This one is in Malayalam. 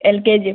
എൽ കെ ജിയും